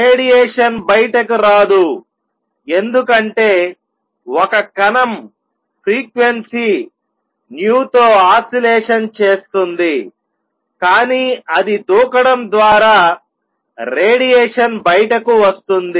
radiation బయటకు రాదు ఎందుకంటే ఒక కణం ఫ్రీక్వెన్సీ nu తో ఆసిలేషన్ చేస్తుంది కానీ అది దూకడం ద్వారా రేడియేషన్ బయటకు వస్తుంది